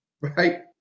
right